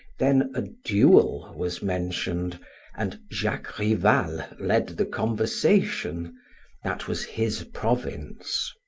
then a duel was mentioned and jacques rival led the conversation that was his province.